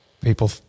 people